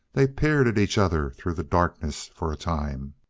they peered at each other through the darkness for a time.